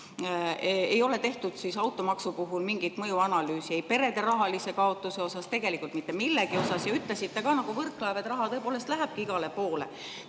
Ei ole automaksu puhul tehtud mingit mõjuanalüüsi ei perede rahalise kaotuse kohta ega tegelikult mitte millegi kohta. Ja te ütlesite ka nagu Võrklaev, et raha tõepoolest lähebki igale poole.